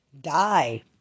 Die